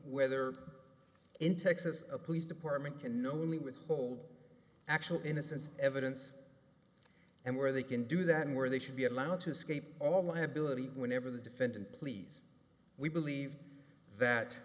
whether in texas a police department can only withhold actual innocence evidence and where they can do that and where they should be allowed to escape all liability whenever the defendant please we believe that